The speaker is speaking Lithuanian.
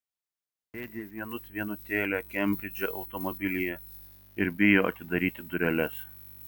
sėdi vienut vienutėlė kembridže automobilyje ir bijo atidaryti dureles